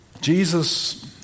Jesus